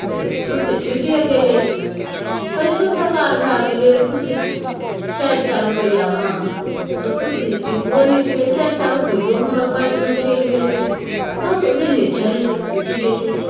से कुर्सी टूटिये गेलै आब पैसो बेकार भए गेलै कुर्सी चारि सए रुपैआमे सँ कुर्सी टिकबो नहि केलै चारि सए रुपैयो हमर पानिमे चलि गेलै दसो दिन नहि चललै टूटि गेलै